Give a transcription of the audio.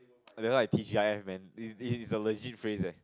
!wah! that one T_G_I_F man is it is a legit phrase eh